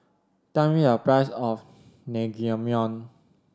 tell me a price of Naengmyeon